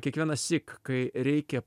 kiekvienąsyk kai reikia